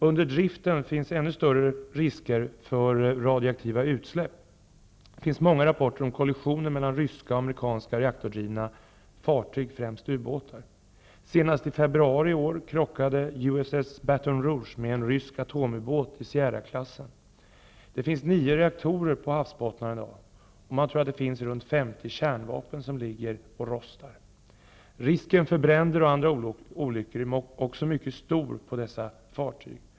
Under driften finns ännu större risker för radioaktiva utsläpp. Det finns många rapporter om kollisioner mellan ryska och amerikanska reaktordrivna fartyg, främst ubåtar. Senast i februari i år krockade USS Baton Rouge med en rysk atomubåt i Sierraklassen. Nio reaktorer finns i dag på havsbottnarna. Man tror att det finns runt 50 kärnvapen som ligger där och rostar. Risken för bränder och andra olyckor är också mycket stor på dessa fartyg.